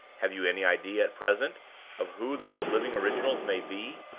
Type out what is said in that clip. have you any idea at present of who those living originals may be?